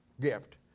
gift